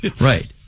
Right